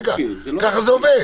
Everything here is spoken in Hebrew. ככה זה עובד.